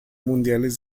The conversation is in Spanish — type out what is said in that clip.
mundiales